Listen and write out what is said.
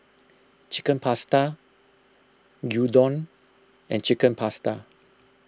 Chicken Pasta Gyudon and Chicken Pasta